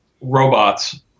robots –